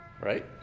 Right